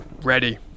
Ready